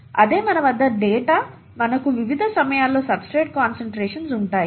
అదే మన వద్ద ఉన్న డేటా మనకు వివిధ సమయాల్లో సబ్స్ట్రేట్ కాన్సన్ట్రేషన్స్ ఉంటాయి